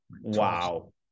Wow